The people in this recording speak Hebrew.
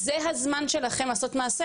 זה הזמן שלכם לעשות מעשה,